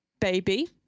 Baby